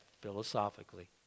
philosophically